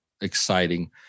exciting